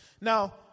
Now